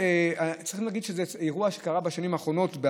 צריך להגיד שזה אירוע שקרה בשנים האחרונות,